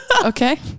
Okay